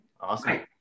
Awesome